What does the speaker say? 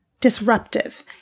disruptive